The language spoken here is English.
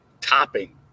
topping